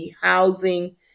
Housing